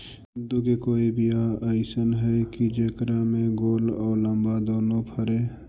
कददु के कोइ बियाह अइसन है कि जेकरा में गोल औ लमबा दोनो फरे?